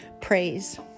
praise